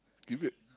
give b~